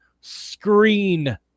screen